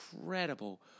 incredible